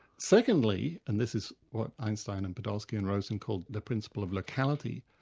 secondly, and this is what einstein and podolsky and rosen called the principle of locality,